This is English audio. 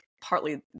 partly